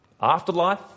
afterlife